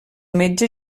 metge